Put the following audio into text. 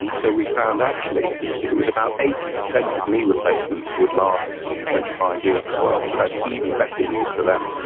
and so we found actually it it was about eighty percent of knee replacements would last twenty five years as well, so that's even better news for them.